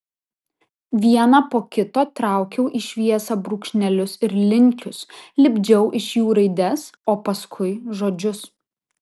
vieną po kito traukiau į šviesą brūkšnelius ir linkius lipdžiau iš jų raides o paskui žodžius